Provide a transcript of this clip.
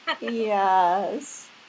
Yes